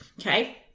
okay